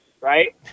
right